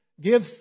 give